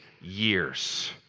years